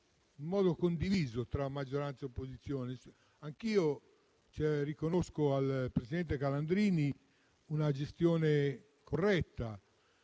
in modo condiviso tra maggioranza e opposizione. Anch'io riconosco al presidente Calandrini una gestione corretta,